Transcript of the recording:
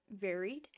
varied